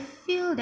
feel that